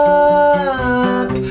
up